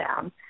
down